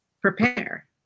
prepare